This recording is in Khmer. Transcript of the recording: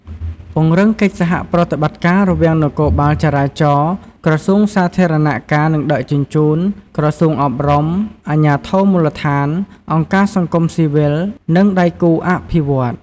ពង្រឹងកិច្ចសហប្រតិបត្តិការ រវាងនគរបាលចរាចរណ៍ ក្រសួងសាធារណការ និងដឹកជញ្ជូន ក្រសួងអប់រំ អាជ្ញាធរមូលដ្ឋាន អង្គការសង្គមស៊ីវិល និងដៃគូអភិវឌ្ឍន៍។